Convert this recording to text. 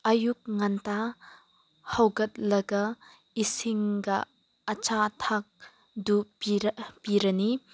ꯑꯌꯨꯛ ꯉꯟꯇꯥ ꯍꯧꯒꯠꯂꯒ ꯏꯁꯤꯡꯒ ꯑꯆꯥ ꯑꯊꯛ ꯑꯗꯨ ꯄꯤꯔꯅꯤ